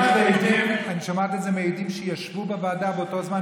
אני שמעתי את זה מעדים שישבו בוועדה באותו זמן.